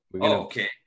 okay